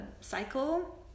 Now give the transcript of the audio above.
cycle